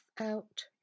out